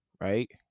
right